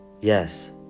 Yes